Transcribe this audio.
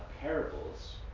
parables